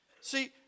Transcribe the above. See